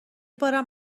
بارم